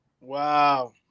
Wow